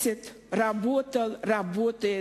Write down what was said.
(אומרת דברים בשפה הרוסית,